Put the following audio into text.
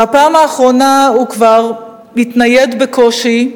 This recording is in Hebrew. בפעם האחרונה הוא כבר התנייד בקושי,